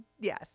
Yes